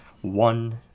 one